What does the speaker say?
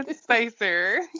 Spicer